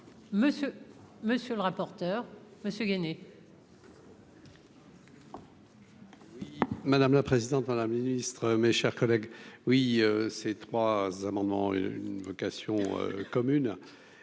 monsieur le rapporteur monsieur Gainey. Madame la présidente à la ministre, mes chers collègues, oui, ces trois amendements une vocation commune,